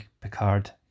Picard